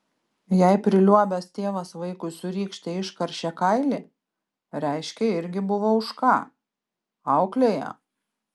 jei priliuobęs tėvas vaikui su rykšte iškaršė kailį reiškia irgi buvo už ką auklėja